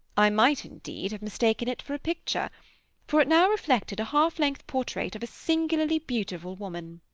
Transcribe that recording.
i might, indeed, have mistaken it for a picture for it now reflected a half-length portrait of a singularly beautiful woman.